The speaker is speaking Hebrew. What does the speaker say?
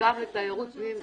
גם לתיירות פנים,